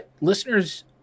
listeners